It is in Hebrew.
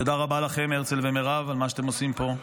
תודה רבה לכם, הרצל ומירב, על מה שאתם עושים פה.